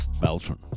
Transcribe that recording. Beltran